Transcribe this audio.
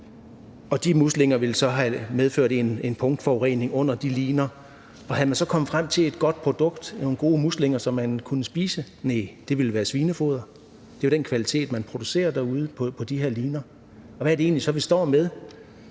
og de muslinger ville så have medført en punktforurening under de liner. Var man så kommet frem til et godt produkt, nogle gode muslinger, som man kunne spise? Næh, det ville være svinefoder. Det er den kvalitet, man producerer derude på de her liner. Og hvad er det egentlig så, vi står med?